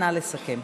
נא לסכם.